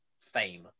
fame